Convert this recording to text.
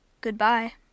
goodbye